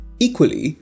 Equally